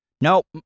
nope